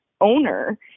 owner